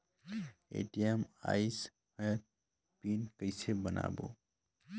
ATM आइस ह PIN कइसे बनाओ?